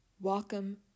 Welcome